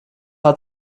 hat